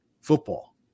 football